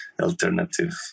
alternative